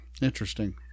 interesting